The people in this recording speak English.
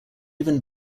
even